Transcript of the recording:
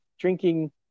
drinking